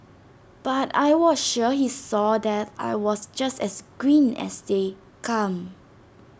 but I was sure he saw that I was just as green as they come